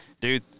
dude